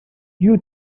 you